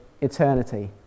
eternity